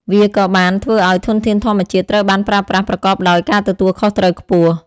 វាក៏បានធ្វើឲ្យធនធានធម្មជាតិត្រូវបានប្រើប្រាស់ប្រកបដោយការទទួលខុសត្រូវខ្ពស់។